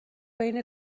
بین